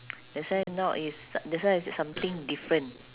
that's why now is that's why I said something different